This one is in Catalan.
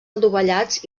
adovellats